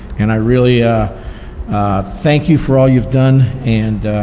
and i really ah thank you for all you've done, and